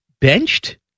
benched